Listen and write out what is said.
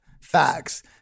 facts